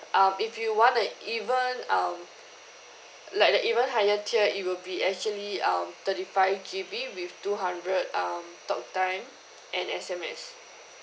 um if you want an even um like a even higher tier it will be actually um thirty five G_B with two hundred um talk time and S_M_S